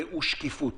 שקיפות